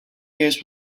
years